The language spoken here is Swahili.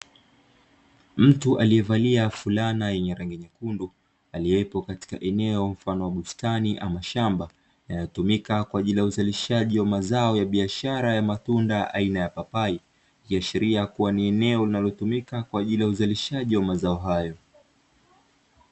Mtu aliyevalia fulana yenye rangi nyekundu aliyeko katika eneo mfano wa bustani ama shamba, linalotumika kwa ajili ya uzalishaji wa mazao ya biashara ya matunda aina ya papai, ikiashiria kuwa ni eneo linalotumika kwa ajili ya uzalishaji wa mazao hayo.